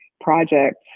project